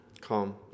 Calm